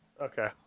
okay